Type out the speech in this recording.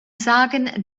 sagen